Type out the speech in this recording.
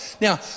now